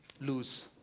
lose